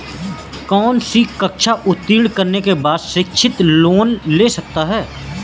कौनसी कक्षा उत्तीर्ण करने के बाद शिक्षित लोंन ले सकता हूं?